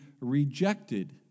rejected